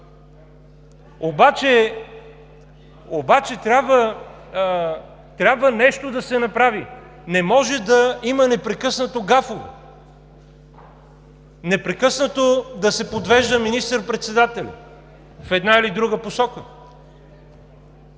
обаче трябва нещо да се направи. Не може да има непрекъснато гафове, непрекъснато да се подвежда министър-председателят в една или друга посока